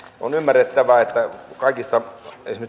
on ymmärrettävää että esimerkiksi kaikista